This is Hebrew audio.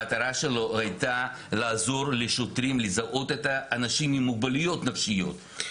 המטרה שלו הייתה לעזור לשוטרים לזהות את האנשים עם מוגבלויות נפשיות.